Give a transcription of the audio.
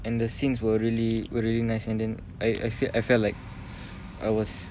and the scenes were really really nice and then I I felt I felt like I was